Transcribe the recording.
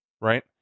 Right